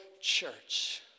church